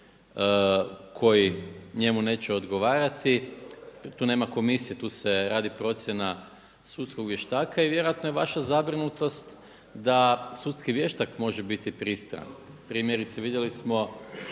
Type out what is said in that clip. koji njemu neće odgovarati, tu nema komisije, tu se radi procjena sudskog vještaka. I vjerojatno je vaša zabrinutost da sudski vještak može biti pristran. Primjerice vidjeli smo